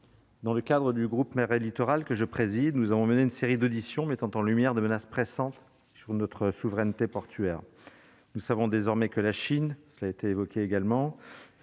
Dans le cadre du groupe mer et littoral que je préside, nous avons mené une série d'auditions, mettant en lumière de menaces pressantes sur notre souveraineté portuaire nous savons désormais que la Chine, cela a été évoqué également